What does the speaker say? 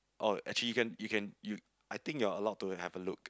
oh actually you can you can you I think you are allowed to have a look